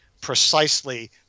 precisely